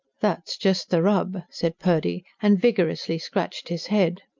that's just the rub, said purdy, and vigorously scratched his head.